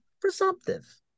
presumptive